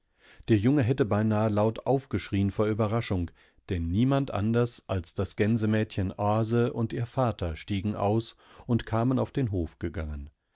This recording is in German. hielteinwagenamzaun derjunge hätte beinahe laut aufgeschrien vor überraschung denn niemand anders als das gänsemädchen aase und ihr vater stiegen aus und kamen auf den hof gegangen